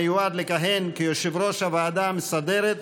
המיועד לכהן כיושב-ראש הוועדה המסדרת,